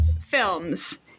films